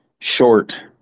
short